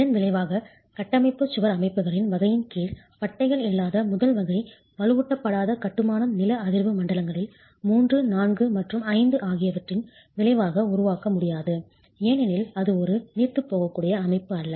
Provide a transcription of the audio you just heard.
இதன் விளைவாக கட்டமைப்பு சுவர் அமைப்புகளின் வகையின் கீழ் பட்டைகள் இல்லாத முதல் வகை வலுவூட்டப்படாத கட்டுமானம் நில அதிர்வு மண்டலங்களில் III IV மற்றும் V ஆகியவற்றின் விளைவாக உருவாக்க முடியாது ஏனெனில் அது ஒரு நீர்த்துப்போகக்கூடிய அமைப்பு அல்ல